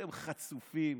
אתם חצופים.